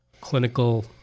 clinical